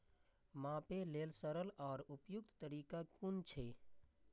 मापे लेल सरल आर उपयुक्त तरीका कुन छै?